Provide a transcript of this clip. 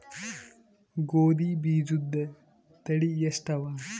ಗೋಧಿ ಬೀಜುದ ತಳಿ ಎಷ್ಟವ?